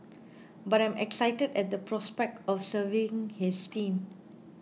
but I'm excited at the prospect of serving this team